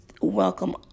welcome